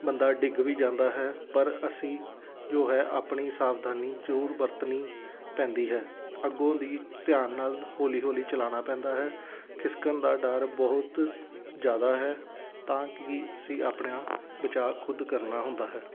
ਬੰਦਾ ਡਿੱਗ ਵੀ ਜਾਂਦਾ ਹੈ ਪਰ ਅਸੀਂ ਜੋ ਹੈ ਆਪਣੀ ਸਾਵਧਾਨੀ ਜ਼ਰੂਰ ਵਰਤਣੀ ਪੈਂਦੀ ਹੈ ਅੱਗੋਂ ਦੀ ਧਿਆਨ ਨਾਲ ਹੌਲੀ ਹੌਲੀ ਚਲਾਉਣਾ ਪੈਂਦਾ ਹੈ ਖਿਸਕਣ ਦਾ ਡਰ ਬਹੁਤ ਜ਼ਿਆਦਾ ਹੈ ਤਾਂ ਕਿ ਅਸੀਂ ਆਪਣਾ ਬਚਾ ਖੁਦ ਕਰਨਾ ਹੁੰਦਾ ਹੈ